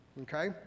okay